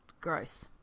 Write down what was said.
gross